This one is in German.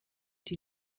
die